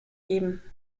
geben